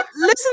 listen